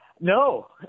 No